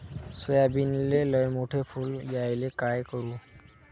सोयाबीनले लयमोठे फुल यायले काय करू?